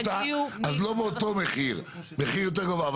יגיעו --- אז לא באותו מחיר, מחיר יותר גבוה.